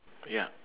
ya